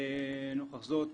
נוכח זאת